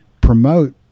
promote